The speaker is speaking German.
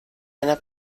einer